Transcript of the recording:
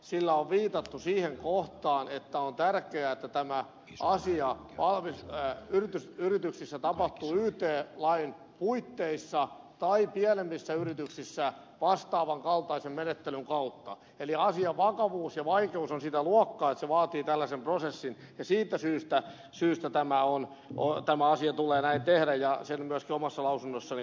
sillä on viitattu siihen kohtaan että on tärkeää että tämä asia yrityksissä tapahtuu yt lain puitteissa tai pienemmissä yrityksissä vastaavan kaltaisen menettelyn kautta eli asian vakavuus ja vaikeus on sitä luokkaa että se vaatii tällaisen prosessin ja siitä syystä tämä asia tulee näin tehdä ja sitä myöskin omassa lausunnossani korostin